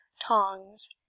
tongs